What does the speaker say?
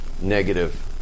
negative